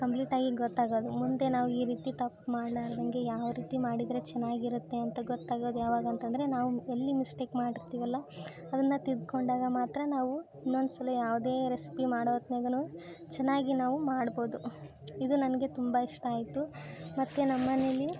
ಕಂಪ್ಲೀಟಾಗಿ ಗೊತ್ತಾಗೋದು ಮುಂದೆ ನಾವು ಈ ರೀತಿ ತಪ್ಪು ಮಾಡಲಾರ್ದಂಗೆ ಯಾವ ರೀತಿ ಮಾಡಿದರೆ ಚೆನ್ನಾಗಿ ಇರುತ್ತೆ ಅಂತ ಗೊತ್ತಾಗೋದು ಯಾವಾಗ ಅಂತಂದರೆ ನಾವು ಎಲ್ಲಿ ಮಿಸ್ಟೇಕ್ ಮಾಡ್ತೀವಲ್ಲ ಅದನ್ನು ತಿದ್ದುಕೊಂಡಾಗ ಮಾತ್ರ ನಾವು ಇನ್ನೊಂದು ಸಲ ಯಾವುದೇ ರೆಸಿಪಿ ಮಾಡೋ ಹೊತ್ನ್ಯಾಗನು ಚೆನ್ನಾಗಿ ನಾವು ಮಾಡ್ಬೋದು ಇದು ನನಗೆ ತುಂಬ ಇಷ್ಟ ಆಯಿತು ಮತ್ತು ನಮ್ಮ ಮನೆಯಲ್ಲಿ